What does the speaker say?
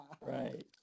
Right